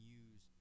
use